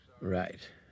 Right